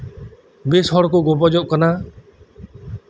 ᱵᱮᱥ ᱦᱚᱲ ᱠᱚ ᱜᱚᱯᱚᱡᱚᱜ ᱠᱟᱱᱟ